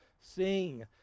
sing